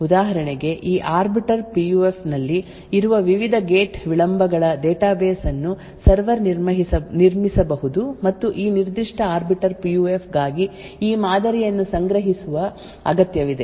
ಉದಾಹರಣೆಗೆ ಈ arbiter PUF ನಲ್ಲಿ ಇರುವ ವಿವಿಧ ಗೇಟ್ ವಿಳಂಬಗಳ ಡೇಟಾಬೇಸ್ ಅನ್ನು ಸರ್ವರ್ ನಿರ್ಮಿಸಬಹುದು ಮತ್ತು ಈ ನಿರ್ದಿಷ್ಟ ಆರ್ಬಿಟರ್ ಪಿಯುಎಫ್ ಗಾಗಿ ಈ ಮಾದರಿಯನ್ನು ಸಂಗ್ರಹಿಸುವ ಅಗತ್ಯವಿದೆ